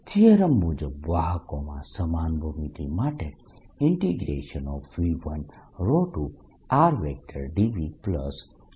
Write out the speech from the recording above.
theorem મુજબ વાહકોમાં સમાન ભૂમિતિ માટે V12rdVV1surface1dSV21rdVV2surface1dS છે